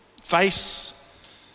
face